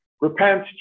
repent